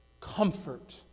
comfort